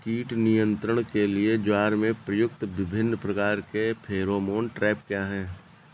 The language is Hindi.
कीट नियंत्रण के लिए ज्वार में प्रयुक्त विभिन्न प्रकार के फेरोमोन ट्रैप क्या है?